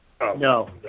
No